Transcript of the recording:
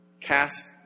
cast